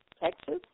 Texas